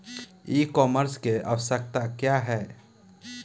ई कॉमर्स की आवशयक्ता क्या है?